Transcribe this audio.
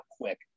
quick